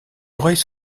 oreilles